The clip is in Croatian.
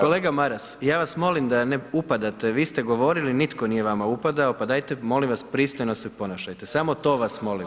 Kolega Maras, ja vas molim da ne upadate, vi ste govorili, nitko nije vama upadao, pa dajte molim vas, pristojno se ponašajte, samo to vas molim.